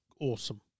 awesome